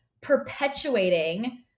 perpetuating